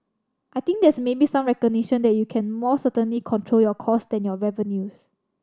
I think there's maybe some recognition that you can more certainly control your costs than your revenues